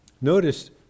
Notice